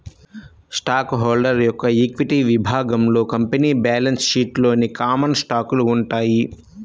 stock holder యొక్క equity విభాగంలో company balance షీట్లోని కామన్ స్టాకులు ఉంటాయి